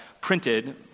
printed